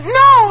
no